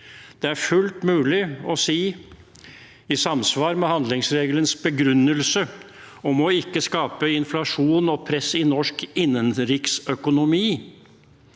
jeg er uklokt. I samsvar med handlingsregelens begrunnelse om ikke å skape inflasjon og press i norsk innenriksøkonomi